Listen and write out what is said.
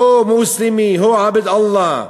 הו מוסלמי, הו עבד אללה,